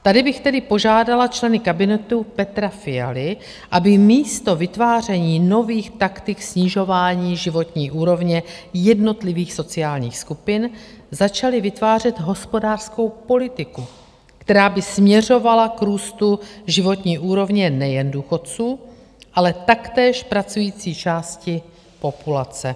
Tady bych tedy požádala členy kabinetu Petra Fialy, aby místo vytváření nových taktik snižování životní úrovně jednotlivých sociálních skupin začali vytvářet hospodářskou politiku, která by směřovala k růstu životní úrovně nejen důchodců, ale taktéž pracující části populace.